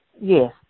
Yes